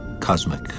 cosmic